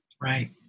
Right